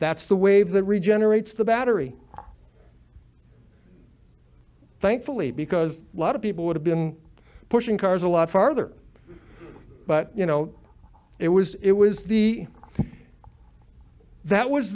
that's the wave that regenerates the battery thankfully because a lot of people would have been pushing cars a lot farther but you know it was it was the that was